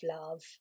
love